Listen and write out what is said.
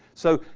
so,